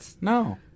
No